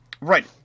Right